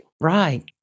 Right